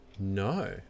no